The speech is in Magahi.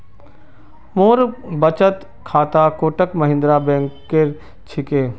मोर बचत खाता कोटक महिंद्रा बैंकेर छिके